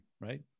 right